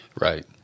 Right